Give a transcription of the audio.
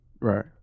Right